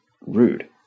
rude